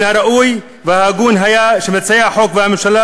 ומן הראוי וההגון היה שמציעי החוק והממשלה